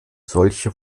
solche